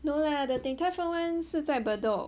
no lah the 鼎泰丰 one 是在 bedok